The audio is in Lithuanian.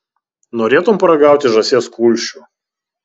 norėtum paragauti žąsies kulšių